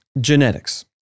genetics